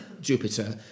Jupiter